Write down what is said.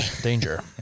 danger